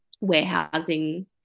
warehousing